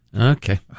Okay